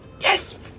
yes